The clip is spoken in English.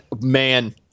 Man